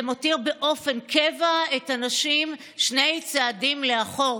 זה מותיר באופן קבוע את הנשים שני צעדים מאחור.